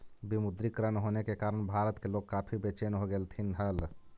विमुद्रीकरण होने के कारण भारत के लोग काफी बेचेन हो गेलथिन हल